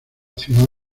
ciudad